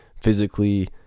physically